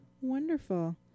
wonderful